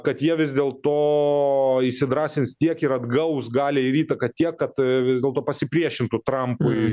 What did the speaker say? kad jie vis dėl to įsidrąsins tiek ir atgaus galią ir įtaką tiek kad vis dėlto pasipriešintų trampui